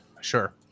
sure